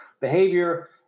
behavior